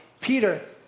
Peter